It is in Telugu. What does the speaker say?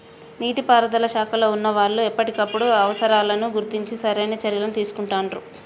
నీటి పారుదల శాఖలో వున్నా వాళ్లు ఎప్పటికప్పుడు అవసరాలను గుర్తించి సరైన చర్యలని తీసుకుంటాండ్రు